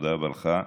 ותודה רבה לך,